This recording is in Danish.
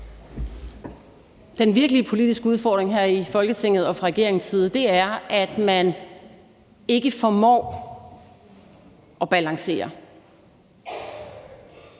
Den virkelige politiske udfordring her i Folketinget og fra regeringens side er, at man ikke formår at balancere.